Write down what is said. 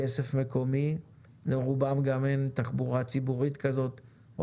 כסף מקומי ולרובם גם אין תחבורה ציבורית כזאת או